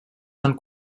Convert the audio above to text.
són